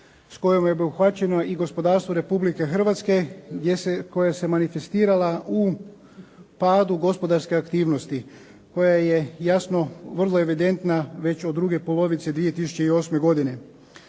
s kojom je obuhvaćeno i gospodarstvo Republike Hrvatske koja se manifestirala u padu gospodarske aktivnosti, koja je jasno vrlo evidentna već od druge polovice 2008. godine.